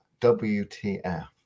WTF